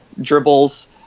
dribbles